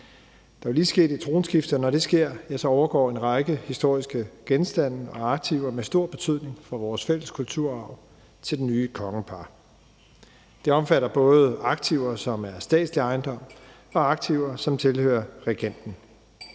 Der er lige sket et tronskifte, og når det sker, overgår en række historiske genstande og aktiver med stor betydning for vores fælles kulturarv til det nye kongepar. Det omfatter både aktiver, som er statslig ejendom, og aktiver, som tilhører regenten.